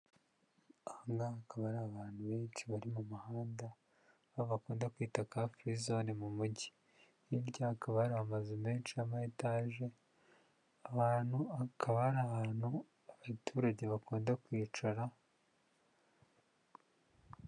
Aha ngaha hakaba hari abantu benshi, bari mu muhanda, aho bakunda kwita car free zone mu mujyi, hirya hakaba hari amazu menshi yama etaje, aho hantu hakaba hari ahantu abaturage bakunda kwicara.